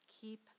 Keep